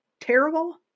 terrible